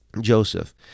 Joseph